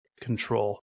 control